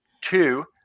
Two